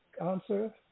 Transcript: answer